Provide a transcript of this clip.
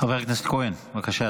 חבר הכנסת כהן, בבקשה,